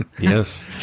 Yes